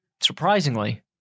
surprisingly—